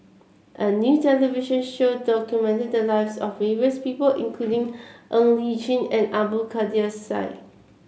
a new television show documented the lives of various people including Ng Li Chin and Abdul Kadir Syed